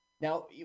Now